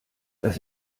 das